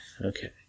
Okay